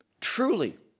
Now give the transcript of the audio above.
truly